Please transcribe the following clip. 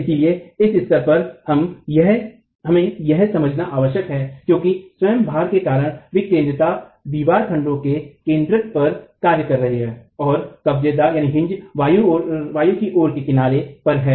इसलिए इस स्तर पर यह समझना आवश्यक है क्योकि स्वयं भार के कारण विकेन्द्रता दीवार खंडों के केंद्रक पर कार्य कर रही है और कब्जेदार वायु की ओर के किनारे पर है